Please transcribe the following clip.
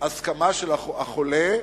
הסכמה של החולה,